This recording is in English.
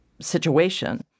situation